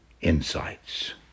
insights